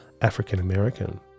African-American